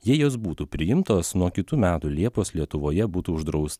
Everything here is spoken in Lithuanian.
jei jos būtų priimtos nuo kitų metų liepos lietuvoje būtų uždrausta